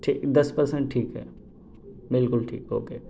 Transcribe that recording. ٹھیک دس پرسینٹ ٹھیک ہے بالکل ٹھیک اوکے